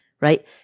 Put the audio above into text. right